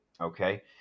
Okay